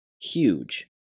huge